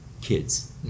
kids